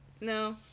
No